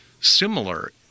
similar